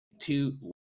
two